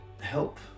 help